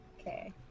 Okay